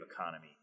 economy